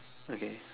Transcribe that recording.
okay